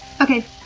Okay